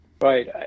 Right